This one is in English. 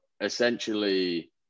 essentially